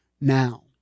now